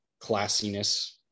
classiness